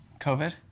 COVID